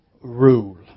rule